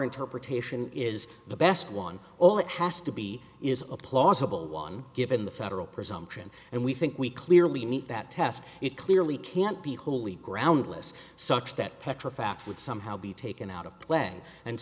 interpretation is the best one all it has to be is a plausible one given the federal presumption and we think we clearly meet that test it clearly can't be wholly groundless sucks that petro fact would somehow be taken out of play and